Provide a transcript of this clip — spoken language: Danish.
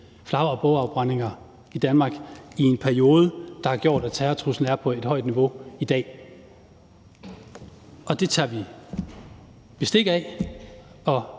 flag- og bogafbrændinger i Danmark i en periode, hvilket har gjort, at terrortruslen er på et højt niveau i dag. Det tager vi bestik af